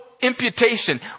Imputation